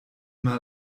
mal